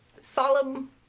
solemn